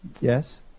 yes